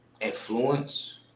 influence